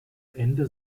ende